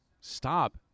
stop